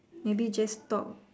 maybe just talk